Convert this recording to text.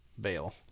bail